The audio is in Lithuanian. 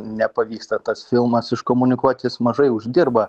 nepavyksta tas filmas iškomunikuot jis mažai uždirba